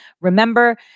Remember